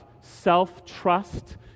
self-trust